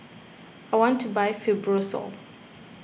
I want to buy Fibrosol